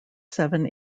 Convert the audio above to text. seven